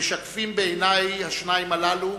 משקפים בעיני השניים הללו,